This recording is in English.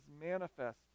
manifest